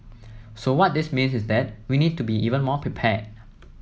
so what this means is that we need to be even more prepared